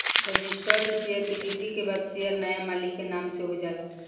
registered share के बिक्री के बाद शेयर नाया मालिक के नाम से हो जाला